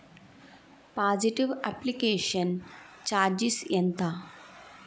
Deposit application charges ఎంత?